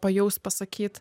pajaust pasakyt